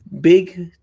big